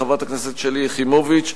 חברת הכנסת שלי יחימוביץ,